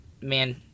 man